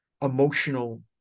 emotional